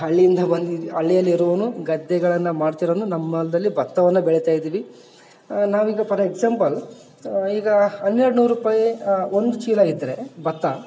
ಹಳ್ಳಿಯಿಂದ ಬಂದಿದ್ದು ಹಳ್ಳಿಯಲ್ಲಿ ಇರೋನು ಗದ್ದೆಗಳನ್ನು ಮಾಡ್ತಿರೋನು ನಮ್ಮ ಹೊಲ್ದಲ್ಲಿ ಭತ್ತವನ್ನ ಬೆಳೀತ ಇದ್ದೀವಿ ನಾವೀಗ ಪಾರ್ ಎಕ್ಸಾಂಪಲ್ ಈಗ ಹನ್ನೆರಡು ನೂರು ರೂಪಾಯ್ ಒಂದು ಚೀಲ ಇದ್ರೆ ಭತ್ತ